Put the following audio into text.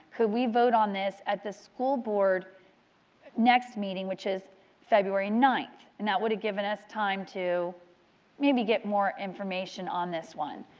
could we vote on this at the school board next meeting which is february ninth. and that would have given us time to maybe get more information on this one.